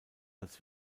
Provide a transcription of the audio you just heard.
als